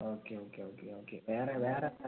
okay okay okay okay വേറെ വേറെ എന്താണ്